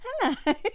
Hello